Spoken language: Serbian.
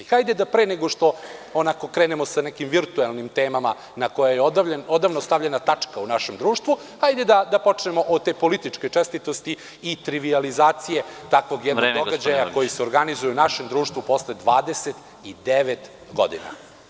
Hajde da pre nego što krenemo sa nekim virtualnim temama na koje je odavno stavljena tačka u našem društvu, hajde da počnemo od te političke čestitosti i trivilizacije takvog jednog događaja koji se organizuje u našem društvu posle 29 godina.